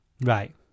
Right